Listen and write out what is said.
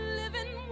living